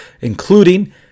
including